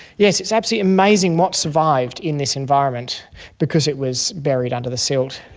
yes, it's absolutely amazing what survived in this environment because it was buried under the silt.